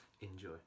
enjoy